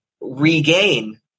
regain